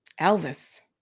Elvis